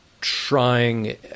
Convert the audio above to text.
trying